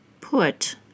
put